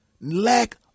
Lack